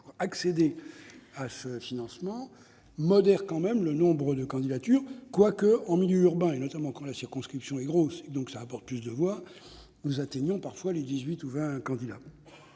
pour accéder à ce financement modère tout de même le nombre de candidatures, quoique, en milieu urbain, notamment quand la circonscription est importante et apporte plus de voix, on atteigne parfois les dix-huit ou vingt candidats.